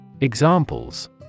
Examples